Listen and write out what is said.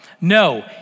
No